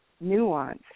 nuance